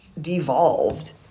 Devolved